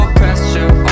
pressure